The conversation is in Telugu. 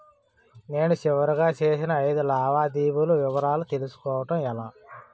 నేను చివరిగా చేసిన ఐదు లావాదేవీల వివరాలు తెలుసుకోవటం ఎలా?